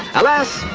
alas,